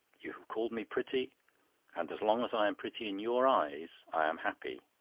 you have called me pretty and as long as i am pretty in your eyes, i am happy.